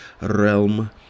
realm